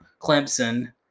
Clemson